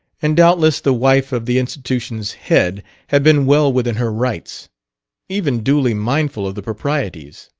and doubtless the wife of the institution's head had been well within her rights even duly mindful of the proprieties.